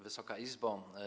Wysoka Izbo!